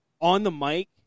on-the-mic